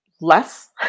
less